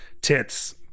tits